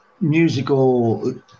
musical